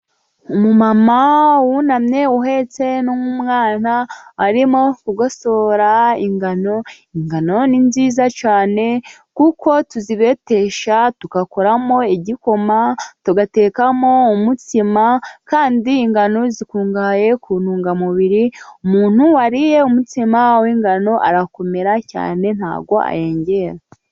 Umumama wunamye uhetse n'umwana, arimo kugosora ingano, ingano ni nziza cyane, kuko tuzibetesha tugakoramo igikoma, tugatekamo umutsima, kandi ingano zikungahaye ku ntungamubiri, umuntu wariye umutsima w'ingano arakomera cyane, nta bwo ayengera.